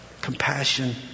compassion